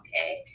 okay